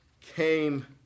came